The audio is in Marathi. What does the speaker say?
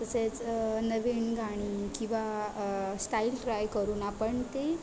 तसेच नवीन गाणी किंवा स्टाईल ट्राय करून आपण ते